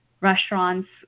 restaurants